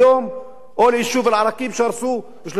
או ליישוב אל-עראקיב שהרסו 37 פעמים.